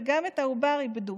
וגם את העובר איבדו.